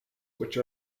which